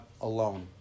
alone